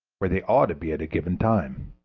where they ought to be at a given time.